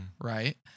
right